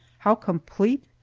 how complete,